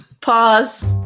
pause